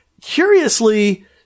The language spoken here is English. Curiously